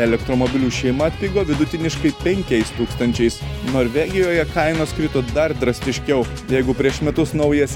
elektromobilių šeima atpigo vidutiniškai penkiais tūkstančiais norvegijoje kainos krito dar drastiškiau jeigu prieš metus naujas